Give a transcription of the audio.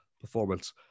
performance